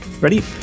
Ready